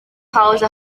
house